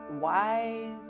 wise